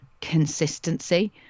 consistency